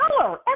color